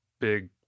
big